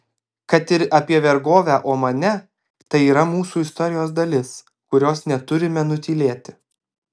kad ir apie vergovę omane tai yra mūsų istorijos dalis kurios neturime nutylėti